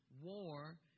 war